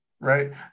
Right